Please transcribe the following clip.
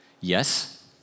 Yes